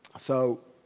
so